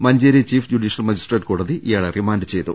Manjeri chief judicial magistrate കോടതി ഇയാളെ remand ചെയ്തു